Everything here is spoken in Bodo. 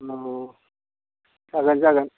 औ जागोन जागोन